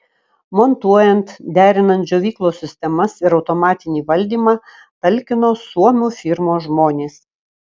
montuojant derinant džiovyklos sistemas ir automatinį valdymą talkino suomių firmos žmonės